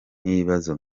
n’ibibazo